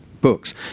books